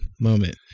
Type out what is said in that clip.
moment